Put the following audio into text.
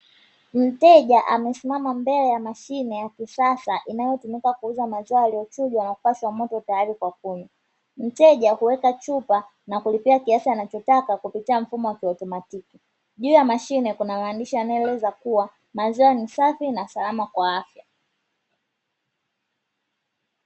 Mteja amesimama mbele ya mashine ya kisasa inayotumika kuuza maziwa yaliyochujwa na kupashwa moto tayari kwa kunywa. Mteja huweka chupa na kulipia kiasi anachotaka kupitia mfumo wa kiautomatiki. Juu ya mashine kuna maandishi yanayoeleza kuwa maziwa ni safi na salama kwa afya.